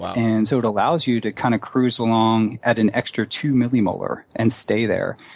and so it allows you to kind of cruise along at an extra two millimolar and stay there.